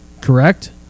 correct